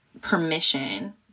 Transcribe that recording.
permission